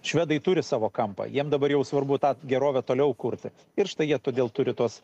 švedai turi savo kampą jiem dabar jau svarbu tą gerovę toliau kurti ir štai jie todėl turi tuos